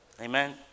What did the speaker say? Amen